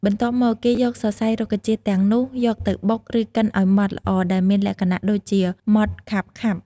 បន្ទាប់មក គេយកសរសៃរុក្ខជាតិទាំងនោះយកទៅបុក ឬកិនឱ្យម៉ដ្ឋល្អ ដែលមានលក្ខណៈដូចជាម៉ដ្ឋខាប់ៗ។